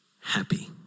happy